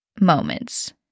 moments